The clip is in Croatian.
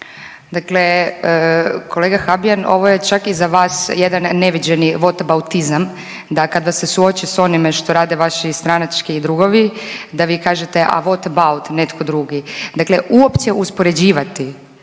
Dakle kolega Habijan ovo je čak i za vas jedan neviđeni votabautizam da kad vas se suoči s onime što rade vaši stranački drugovi da vi kažete „a what about“ netko drugi. Dakle uopće uspoređivati